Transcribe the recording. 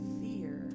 fear